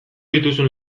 dituzun